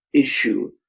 issue